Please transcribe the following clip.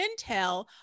Intel